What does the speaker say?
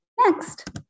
Next